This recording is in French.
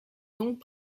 donc